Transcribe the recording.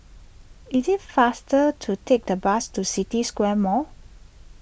it is faster to take the bus to City Square Mall